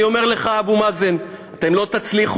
אני אומר לך, אבו מאזן: אתם לא תצליחו.